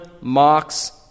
mocks